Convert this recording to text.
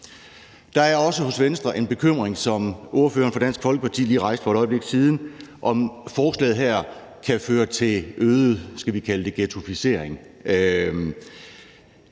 Der er også hos Venstre den bekymring, som ordføreren for Dansk Folkeparti lige rejste for et øjeblik siden, om forslaget her kan føre til øget, skal